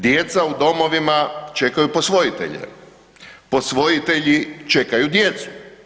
Djeca u domovima čekaju posvojitelje, posvojitelji čekaju djecu.